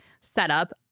setup